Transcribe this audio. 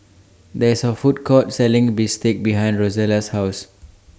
There IS A Food Court Selling Bistake behind Rozella's House